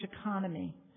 economy